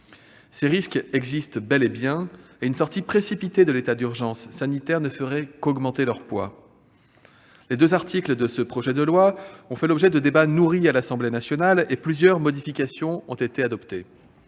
Ces risques existent bel et bien, et une sortie précipitée de l'état d'urgence sanitaire ne ferait qu'augmenter leur poids. Les deux articles de ce projet de loi ont fait l'objet de débats nourris à l'Assemblée nationale, qui a adopté plusieurs modifications. La durée